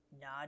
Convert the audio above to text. nod